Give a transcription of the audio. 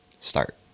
start